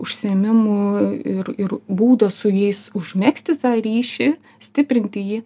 užsiėmimų ir ir būdo su jais užmegzti tą ryšį stiprinti jį